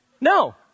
No